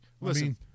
Listen